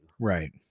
Right